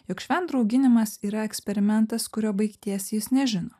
jog švendrų auginimas yra eksperimentas kurio baigties jis nežino